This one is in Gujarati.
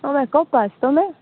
અવાજ કપાયસ તમે